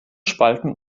spalten